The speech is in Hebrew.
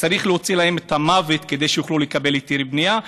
צריך לעשות להם את המוות כדי שיוכלו לקבל היתרי בנייה.